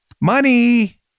Money